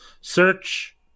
search